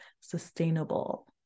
sustainable